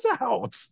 out